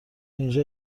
اینجا